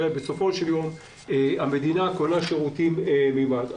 בסופו של יום המדינה קונה שירותים ממד"א.